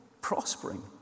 prospering